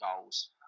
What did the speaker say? goals